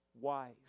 Wise